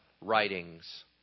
writings